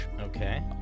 Okay